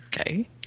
okay